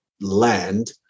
land